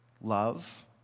love